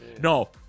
No